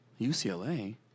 UCLA